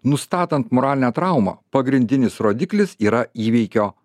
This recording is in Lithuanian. nustatant moralinę traumą pagrindinis rodiklis yra įvykio